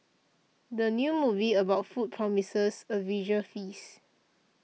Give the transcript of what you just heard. the new movie about food promises a visual feast